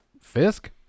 Fisk